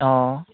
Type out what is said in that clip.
অঁ